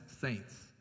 saints